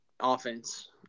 Offense